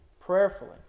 prayerfully